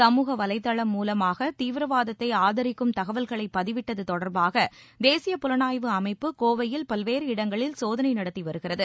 சமூக வலைதளம் மூலமாக தீவிரவாதத்தை ஆதரிக்கும் தகவல்களை பதிவிட்டது தொடர்பாக தேசிய புலனாய்வு அமைப்பு கோவையில் பல்வேறு இடங்களில் சோதனை நடத்தி வருகிறது